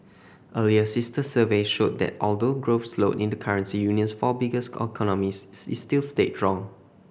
earlier sister survey showed that although growth slowed in the currency union's four biggest economies is still stayed strong